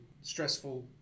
stressful